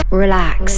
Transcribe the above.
relax